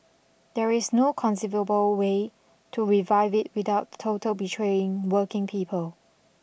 there is no conceivable way to revive it without total betraying working people